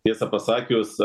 tiesą pasakius